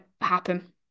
happen